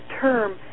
term